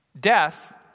death